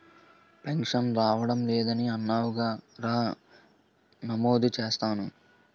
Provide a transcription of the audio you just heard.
pension రావడం లేదని అన్నావుగా రా నమోదు చేస్తాను